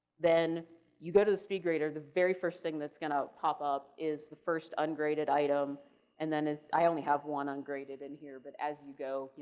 then you go to the speedgrader, the very first thing that's going to pop up is the first ungraded item and then is i only have one ungraded in here, but as you go,